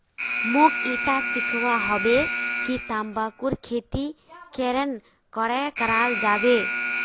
मोक ईटा सीखवा हबे कि तंबाकूर खेती केरन करें कराल जाबे